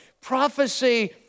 prophecy